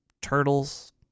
turtles